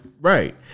Right